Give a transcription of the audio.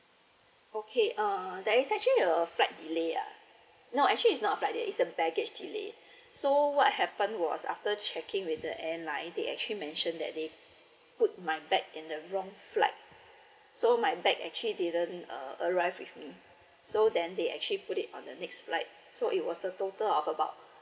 okay err that is actually a flight delay lah no actually is not a flight delay it is a package delay so what happen was after checking with the airline they actually mention that they put my bag in the worng flight so my bag actually didn't uh arrive with me so that they actually put it on the next flight so it was a total of about